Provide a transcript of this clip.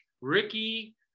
Ricky